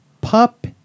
Pup